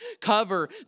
cover